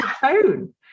phone